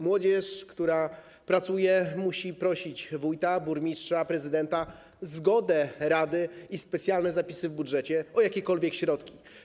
Młodzież, która pracuje, musi prosić wójta, burmistrza, prezydenta - czekać na zgodę rady i specjalne zapisy w budżecie - o jakiekolwiek środki.